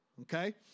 okay